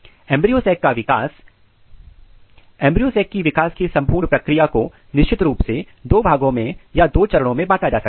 embryo sac का विकास embryo sac की विकास की संपूर्ण प्रक्रिया को निश्चित रूप से दो भागों या दो चरणों में बांटा जा सकता है